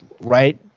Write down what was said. right